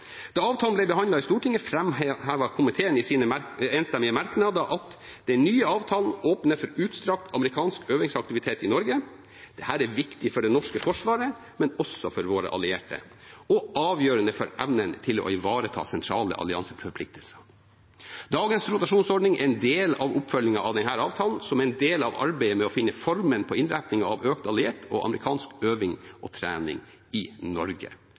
Da avtalen ble behandlet i Stortinget, framhevet komiteen i sine enstemmige merknader at den nye avtalen åpner for utstrakt amerikansk øvingsaktivitet i Norge. Dette er viktig for det norske forsvaret, men også for våre allierte, og avgjørende for evnen til å ivareta sentrale allianseforpliktelser. Dagens rotasjonsordning er en del av oppfølgingen av denne avtalen, som en del av arbeidet med å finne formen på innretningen av økt alliert og amerikansk øving og trening i Norge.